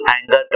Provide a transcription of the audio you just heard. anger